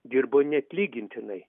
dirbo neatlygintinai